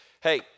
Hey